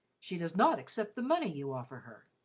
she does not accept the money you offer her.